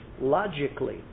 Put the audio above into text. logically